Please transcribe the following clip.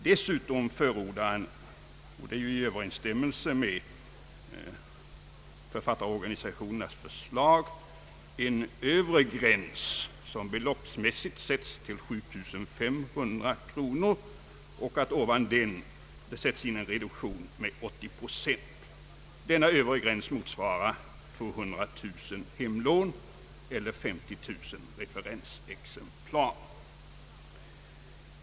Dessutom förordar han i Ööverensstämmelse med författarorganisationernas förslag en övre gräns som beloppsmässigt sätts till 7500 kronor. Ovan denna gräns inträder en reduktion med 80 procent. Denna övre gräns motsvarar 200000 hemlån eller 50 000 referensexemplar.